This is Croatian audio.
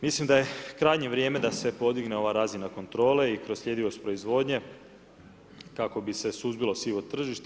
Mislim da je krajnje vrijeme da se podigne ova razina kontrole i kroz sljedivost proizvodnje kako bi se suzbilo sivo tržište.